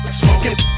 smoking